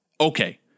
Okay